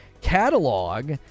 catalog